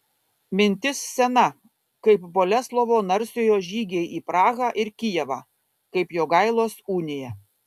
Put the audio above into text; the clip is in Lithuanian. mintis sena kaip boleslovo narsiojo žygiai į prahą ir kijevą kaip jogailos unija